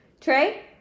Trey